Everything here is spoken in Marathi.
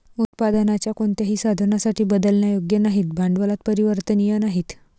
उत्पादनाच्या कोणत्याही साधनासाठी बदलण्यायोग्य नाहीत, भांडवलात परिवर्तनीय नाहीत